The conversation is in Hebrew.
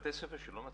בבתי הספר העל-יסודיים,